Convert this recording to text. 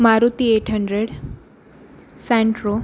Maruti eight hundred Santro